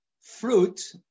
fruit